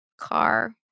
car